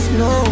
no